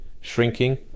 shrinking